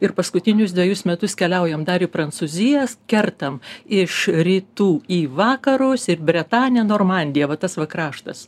ir paskutinius dvejus metus keliaujam dar į prancūzijas kertam iš rytų į vakarus ir bretanę normandiją va tas va kraštas